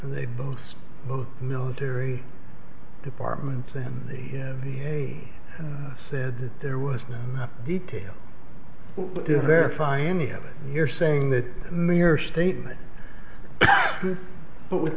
and they both both military departments them the v a and said that there was no detail verify any of it you're saying that mere statement but with